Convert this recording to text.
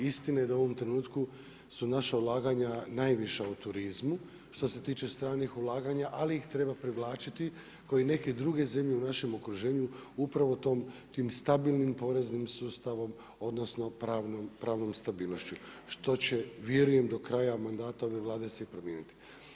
Istina je da u ovom trenutku su naša ulaganja najviša u turizmu, što se tiče stranih ulaganja, ali ih treba privlačiti kao neke druge zemlje u našem okruženju upravo tim stabilnim poreznim sustavom odnosno pravnom stabilnošću, što će vjerujem do kraja mandata ove Vlade se i promijeniti.